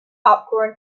popcorn